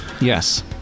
Yes